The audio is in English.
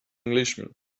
englishman